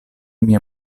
mia